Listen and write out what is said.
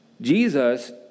Jesus